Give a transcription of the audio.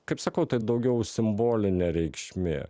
kaip sakau tai daugiau simbolinė reikšmė